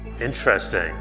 Interesting